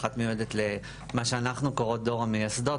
ואחת מיועדת למה שאנחנו קוראות לו "דור המייסדות",